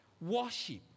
worship